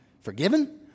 forgiven